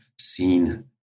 seen